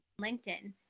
linkedin